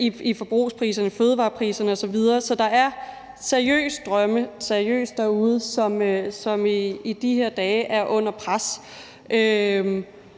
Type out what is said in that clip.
i forbrugspriserne, fødevarepriserne osv. Så der er seriøst drømme derude, som i de her dage er under pres.